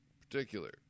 particular